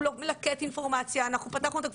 הוא לא מלקט אינפורמציה.